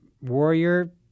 warrior